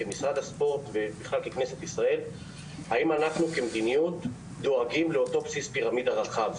כמשרד הספורט וככנסת להבין האם יש מדיניות של דאגה לבסיס פירמידה רחב.